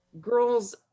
girls